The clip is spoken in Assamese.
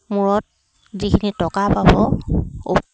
মূৰত যিখিনি টকা পাব উ